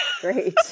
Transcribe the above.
great